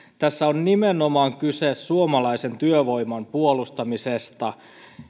tässä on nimenomaan kyse suomalaisen työvoiman puolustamisesta